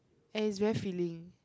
and is very filling